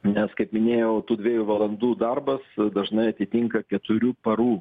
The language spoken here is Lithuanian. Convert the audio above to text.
nes kaip minėjau tų dviejų valandų darbas dažnai atitinka keturių parų